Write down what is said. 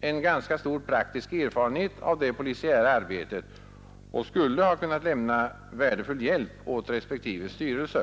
en ganska stor praktisk erfarenhet av det polisiära arbetet och skulle ha kunnat lämna värdefull hjälp åt respektive styrelse.